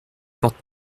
porte